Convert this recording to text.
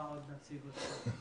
במה עוד נציג אותך?